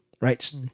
Right